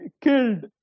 killed